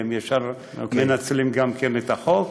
וגם ישר מנצלים את החוק.